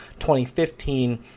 2015